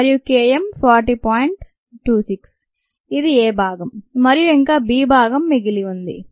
26 ఇది a భాగం మనకు ఇంకా b భాగం మిగిలి ఉంది